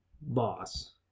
boss